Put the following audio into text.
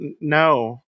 no